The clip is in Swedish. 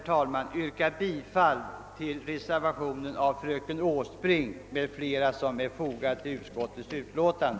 Jag yrkar bifall till den reservation av fröken Åsbrink m.fl. som är fogad till utskottets utlåtande.